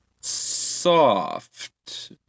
Soft